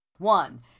One